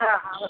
हां हां बरं